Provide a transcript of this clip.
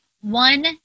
one